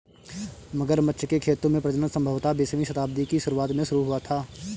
मगरमच्छ के खेतों में प्रजनन संभवतः बीसवीं शताब्दी की शुरुआत में शुरू हुआ था